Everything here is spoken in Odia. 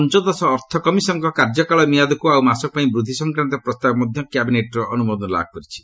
ପଞ୍ଚଦଶ ଅର୍ଥ କମିଶନ୍ଙ୍କ କାର୍ଯ୍ୟକାଳ ମିଆଦକୁ ଆଉ ମାସକ ପାଇଁ ବୃଦ୍ଧି ସଂକ୍ରାନ୍ତ ପ୍ରସ୍ତାବ ମଧ୍ୟ କ୍ୟାବିନେଟ୍ର ଅନୁମୋଦନ ଲାଭ କରିଛି